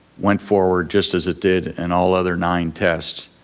went forward just as it did in all other nine tests.